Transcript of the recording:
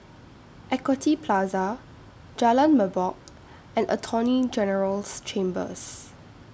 Equity Plaza Jalan Merbok and Attorney General's Chambers